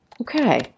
Okay